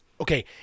Okay